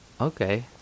Okay